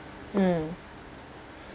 mm